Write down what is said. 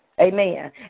Amen